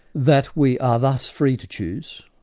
that we are thus free to choose,